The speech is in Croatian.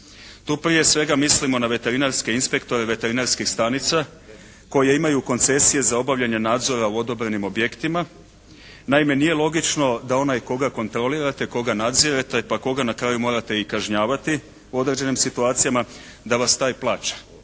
Tu prije svega mislimo na veterinarske inspektore veterinarskih stanica koje imaju koncesije za obavljanje nadzora u odobrenim objektima. Naime nije logično da onaj koga kontrolirate, koga nadzirete pa koga na kraju morate i kažnjavati u određenim situacijama da vas taj plaća